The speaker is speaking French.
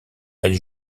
elles